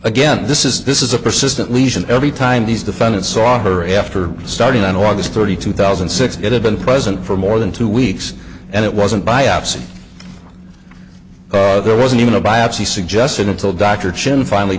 again this is this is a persistent lesion every time these defendants saw her after starting on august thirty two thousand and six it had been present for more than two weeks and it wasn't biopsy there wasn't even a biopsy suggested until dr chen finally